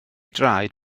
draed